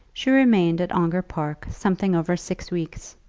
she remained at ongar park something over six weeks,